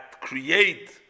create